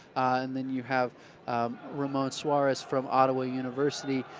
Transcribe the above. and then you have ra money suarez from ottawa, university,